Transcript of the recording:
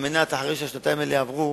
אחרי שהשנתיים האלה יעברו,